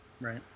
right